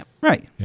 Right